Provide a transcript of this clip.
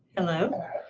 hello